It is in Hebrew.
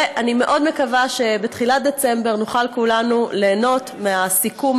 ואני מאוד מקווה שבתחילת דצמבר נוכל כולנו ליהנות מהסיכום